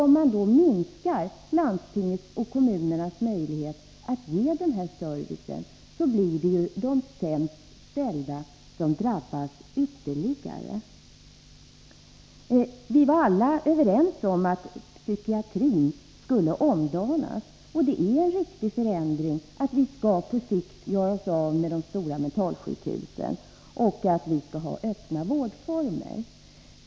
Om man då minskar landstingens och kommunernas möjlighet att ge den servicen, blir det ju de sämst ställda som drabbas ytterligare. Vi var alla överens om att psykiatrin skulle omdanas, och det är en riktig förändring att vi skall på sikt göra oss av med de stora mentalsjukhusen och att vi skall ha öppna vårdformer.